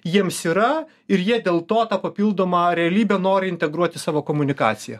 jiems yra ir jie dėl to tą papildomą realybę nori integruoti savo komunikaciją